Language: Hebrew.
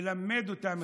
ללמד אותה מחדש.